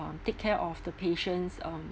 um take care of the patients um